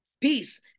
Peace